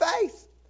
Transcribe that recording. faith